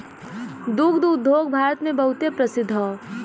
दुग्ध उद्योग भारत मे बहुते प्रसिद्ध हौ